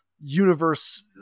universe